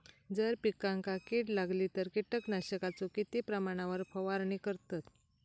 जर पिकांका कीड लागली तर कीटकनाशकाचो किती प्रमाणावर फवारणी करतत?